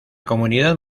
comunidad